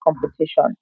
competition